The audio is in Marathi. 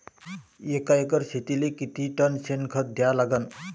एका एकर शेतीले किती टन शेन खत द्या लागन?